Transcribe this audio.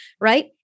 Right